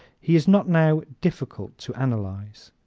he is not now difficult to analyze.